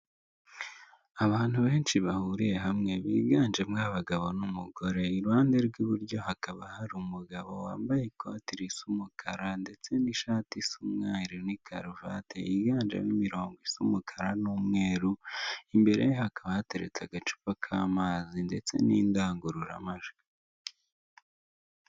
Abantu benshi bahuriye hamwe biganjemo abagabo n'umugore, iruhande rw'iburyo hakaba hari umugabo wambaye ikoti risa umukara ndetse n'ishati isa umwaru n'ikaruvati yiganjemo imirongo isa umukara n'umweru, imbere hakaba hatereretse agacupa k'amazi ndetse n'indangururamajwi.